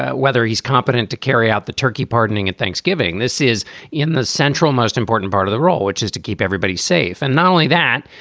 ah whether he's competent to carry out the turkey pardoning and thanksgiving. this is in the central most important part of the role, which is to keep everybody safe. and not only that,